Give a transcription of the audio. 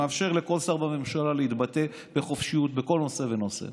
זה מאפשר לכל שר בממשלה להתבטא בחופשיות בכל נושא ונושא,